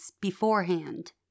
beforehand